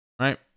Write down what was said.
right